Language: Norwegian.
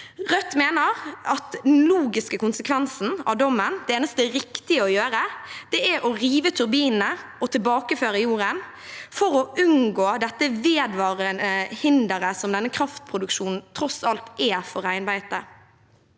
Rødt mener at den logiske konsekvensen av dommen, det eneste riktige å gjøre, er å rive turbinene og tilbakeføre jorden for å unngå det vedvarende hinderet som denne kraftproduksjonen tross alt er for reinbeitet.